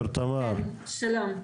שלום.